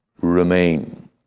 remain